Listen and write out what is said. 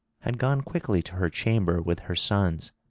had gone quickly to her chamber with her sons.